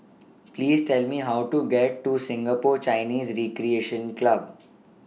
Please Tell Me How to get to Singapore Chinese Recreation Club